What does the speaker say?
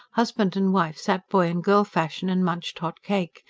husband and wife sat boy-and-girl fashion and munched hot cake,